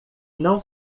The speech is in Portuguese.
não